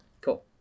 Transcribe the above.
cool